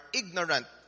ignorant